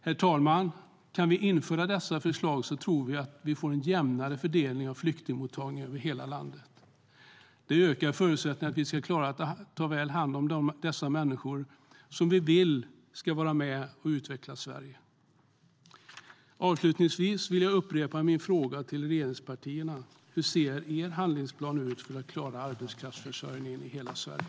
Herr talman! Kan vi genomföra dessa förslag tror vi att vi får en jämnare fördelning av flyktingmottagningen över hela landet. Det ökar förutsättningarna för att vi ska klara att ta väl hand om dessa människor, som vi vill ska vara med och utveckla Sverige. Avslutningsvis vill jag upprepa min fråga till regeringspartierna: Hur ser er handlingsplan ut för att klara arbetskraftsförsörjningen i hela Sverige?